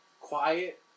quiet